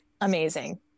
amazing